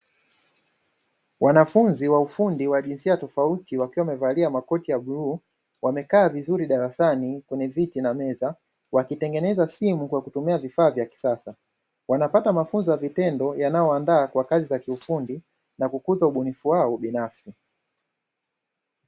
Wanafunzi wa ufundi wa jinsia tofauti wakiwa wamevalia makoti ya bluu, wamekaa vizuri darasani kwenye viti na meza wakitengeneza simu kwa kutumia vifaa vya kisasa. Wanapata mafunzo ya vitendo yanayoandaa kwa kazi za kiufundi na kukuza ubunifu wao binafsi."